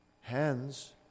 hands